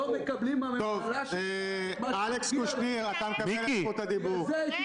-- לא מקבלים מהממשלה שלך מה --- בגלל זה הייתי